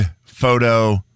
photo